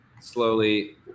slowly